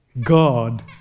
God